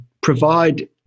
provide